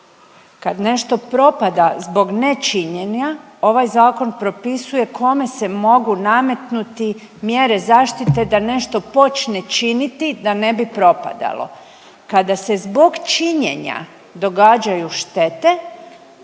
Kad nešto propada zbog nečinjenja ovaj zakon propisuje kome se mogu nametnuti mjere zaštite da nešto počne činiti da ne bi propadalo. Kada se zbog činjenja događaju štete